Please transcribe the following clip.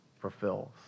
fulfills